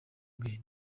bwe